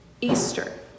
Easter